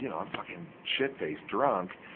you know i'm fucking shitfaced drunk.